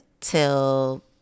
till